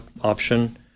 option